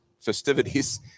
festivities